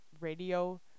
radio